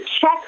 check